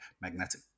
magnetic